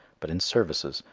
but in services,